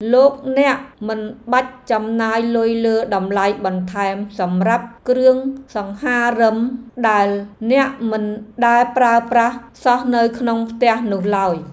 លោកអ្នកមិនបាច់ចំណាយលុយលើតម្លៃបន្ថែមសម្រាប់គ្រឿងសង្ហារិមដែលអ្នកមិនដែលប្រើប្រាស់សោះនៅក្នុងផ្ទះនោះឡើយ។